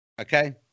Okay